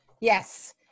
Yes